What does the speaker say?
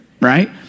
right